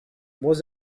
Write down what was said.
was